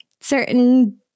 certain